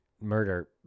murder